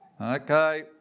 Okay